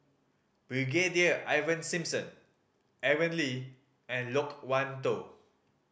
Brigadier Ivan Simson Aaron Lee and Loke Wan Tho